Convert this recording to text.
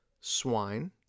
swine